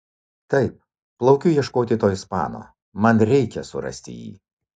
taip plaukiu ieškoti to ispano man reikia surasti jį